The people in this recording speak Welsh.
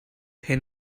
hyn